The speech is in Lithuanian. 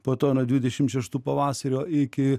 po to nuo dvidešimt šeštų pavasario iki